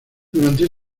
durante